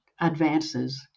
advances